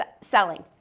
selling